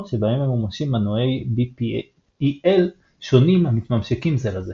שבהן ממומשים מנועי BPEL שונים המתממשקים זה לזה.